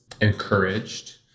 encouraged